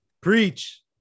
Preach